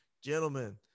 Gentlemen